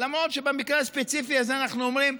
למרות שבמקרה הספציפי הזה אנחנו אומרים: